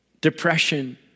depression